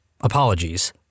Apologies